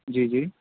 جی جی